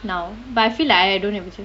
now but I feel like I don't have a choice